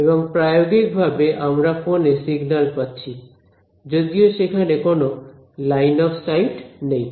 এবং প্রায়োগিকভাবে আমরা ফোনে সিগন্যাল পাচ্ছি যদিও সেখানে কোন লাইন অফ সাইট নেই